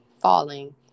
falling